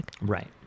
Right